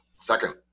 Second